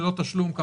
ללא תשלום.